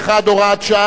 הוראת שעה),